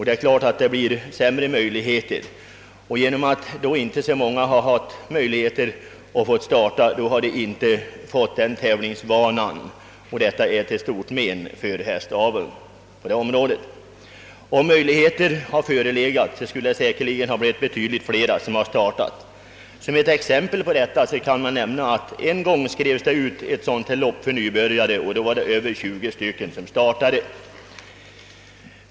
Det är klart att möjligheterna då har försämrats, och genom att inte så många fått starta har de inte heller fått tävlingsvana. Detta är till stort men för hästaveln på detta område. Om möjligheter hade förelegat, skulle säkerligen betydligt flera ha startat. Som ett exempel kan nämnas att det en gång skrevs ut ett lopp för nybörjare, varvid över 20 hästar startade.